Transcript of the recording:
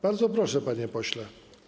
Bardzo proszę, panie pośle.